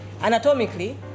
Anatomically